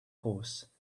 horse